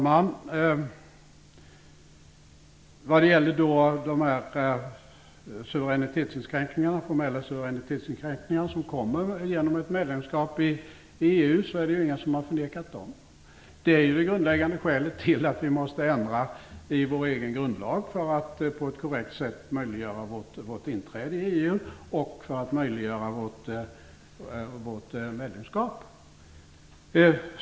Herr talman! Det är ingen som har förnekat eller försökt dölja att ett medlemskap i EU kommer att innebära formella suveränitetsinskränkningar. Det är det grundläggande skälet till att vi måste ändra i vår egen grundlag, dvs. för att på ett korrekt sätt möjliggöra vårt inträde i EU och för att möjliggöra vårt medlemskap.